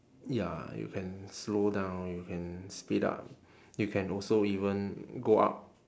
ya you can slow down you can speed up you can also even go up